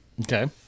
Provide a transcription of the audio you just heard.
Okay